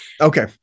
Okay